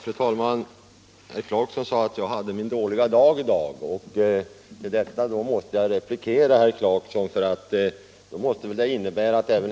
Fru talman! Herr Clarkson sade att jag har min dåliga dag i dag. Jag vill replikera att även herr